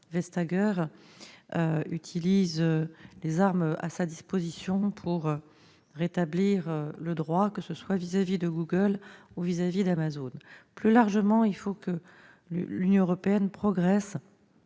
Vestager utilise les armes à sa disposition pour rétablir le droit, que ce soit vis-à-vis de Google ou d'Amazon. Plus largement, il faut que l'Union européenne progresse